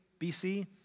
BC